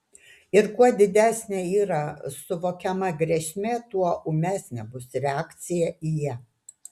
ir kuo didesnė yra suvokiama grėsmė tuo ūmesnė bus reakcija į ją